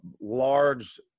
large